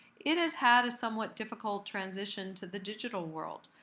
it has had a somewhat difficult transition to the digital world.